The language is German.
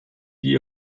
die